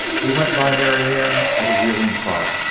he went by marianne at a reeling trot,